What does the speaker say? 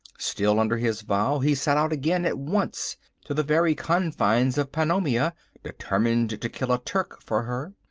still under his vow, he set out again at once to the very confines of pannonia determined to kill a turk for her.